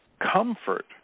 comfort